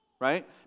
right